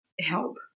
help